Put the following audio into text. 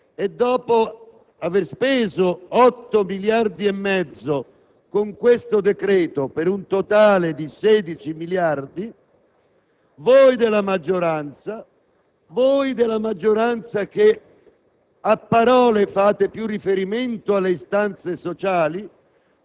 Se è un problema di copertura, dopo aver speso 7 miliardi e mezzo con il decreto di luglio e 8 miliardi e mezzo con questo decreto, per un totale di 16 miliardi,